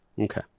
Okay